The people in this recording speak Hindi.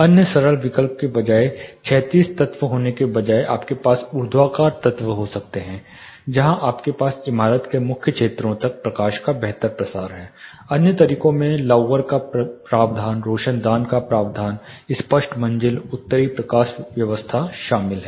अन्य सरल विकल्प के बजाय क्षैतिज तत्व होने के बजाय आपके पास ऊर्ध्वाधर तत्व हो सकते हैं जहां आपके पास इमारत के मुख्य क्षेत्रों तक प्रकाश का बेहतर प्रसार है अन्य तरीकों में लाउवर का प्रावधान रोशनदान का प्रावधान स्पष्ट मंजिल उत्तरी प्रकाश व्यवस्था शामिल है